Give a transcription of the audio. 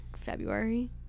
February